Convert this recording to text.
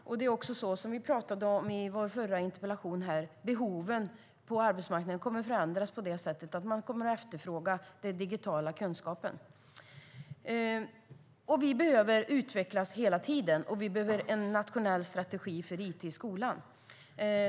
Och som vi talade om i vår förra interpellationsdebatt kommer behoven på arbetsmarknaden att förändras på det sättet att man kommer att efterfråga den digitala kunskapen. Vi behöver utvecklas hela tiden, och vi behöver en nationell strategi för it i skolan.